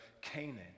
Canaan